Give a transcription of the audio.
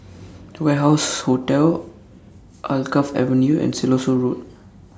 The Warehouse Hotel Alkaff Avenue and Siloso Road